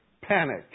Panic